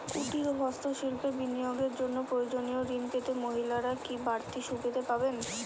কুটীর ও হস্ত শিল্পে বিনিয়োগের জন্য প্রয়োজনীয় ঋণ পেতে মহিলারা কি বাড়তি সুবিধে পাবেন?